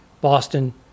Boston